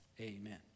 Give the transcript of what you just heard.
Amen